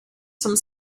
some